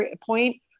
point